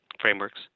frameworks